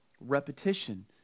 repetition